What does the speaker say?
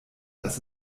dass